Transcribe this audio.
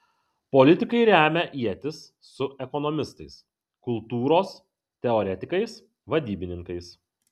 politikai remia ietis su ekonomistais kultūros teoretikais vadybininkais